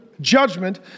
judgment